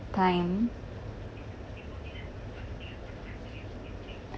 time